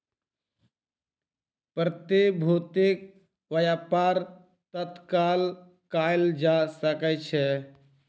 प्रतिभूतिक व्यापार तत्काल कएल जा सकै छै